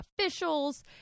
officials